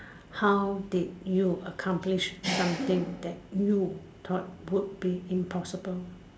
how did you accomplish something that you thought would be impossible